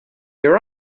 your